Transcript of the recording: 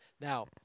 Now